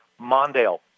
Mondale